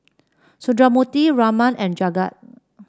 Sundramoorthy Raman and Jagat